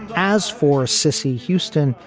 as for cissy houston,